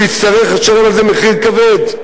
שהוא יצטרך לשלם על זה מחיר כבד.